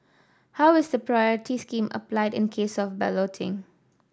how is the priority scheme applied in case of balloting